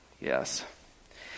Yes